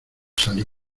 salí